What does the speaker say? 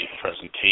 presentation